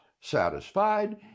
satisfied